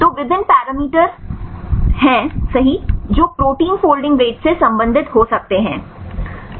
तो विभिन्न पैरामीटर सही हैं जो प्रोटीन फोल्डिंग रेट से संबंधित हो सकते हैं